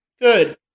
Good